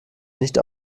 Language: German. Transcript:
nicht